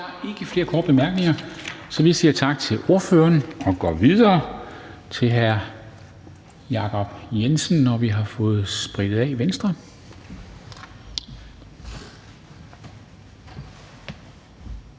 Der er ikke flere korte bemærkninger, så vi siger tak til ordføreren og går videre til hr. Jacob Jensen, Venstre, når vi har fået sprittet